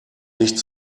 nicht